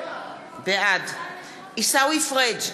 בעד עיסאווי פריג'